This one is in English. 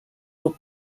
will